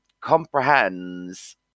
comprehends